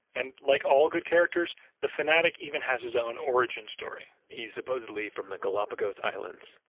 and like all good characters, the fanatic even has his own origin story. he's supposedly from the galapagos islands.